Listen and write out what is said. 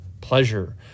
pleasure